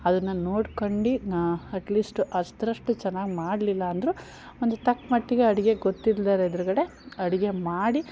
ಅದನ್ನು ನೋಡ್ಕೊಂಡು ನಾ ಅಟ್ ಲೀಸ್ಟ್ ಅದ್ರಷ್ಟು ಚೆನ್ನಾಗಿ ಮಾಡಲಿಲ್ಲ ಅಂದರೂ ಒಂದು ತಕ್ಕ ಮಟ್ಟಿಗೆ ಅಡುಗೆ ಗೊತ್ತಿಲ್ದೆಯರು ಎದ್ರುಗಡೆ ಅಡುಗೆ ಮಾಡಿ